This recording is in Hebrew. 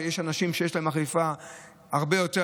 שיש אנשים שיש להם אכיפה הרבה יותר